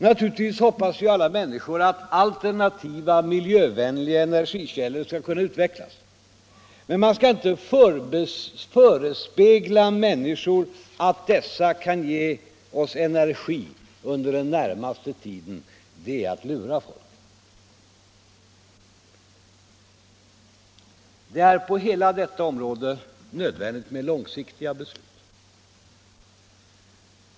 Naturligtvis hoppas vi alla att alternativa miljövänliga energikällor skall kunna utvecklas. Men man skall inte förespegla människor att dessa källor kan ge oss energi under den närmaste tiden. Det är att lura folk. Det är på detta område nödvändigt med långsiktiga beslut.